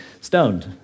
stoned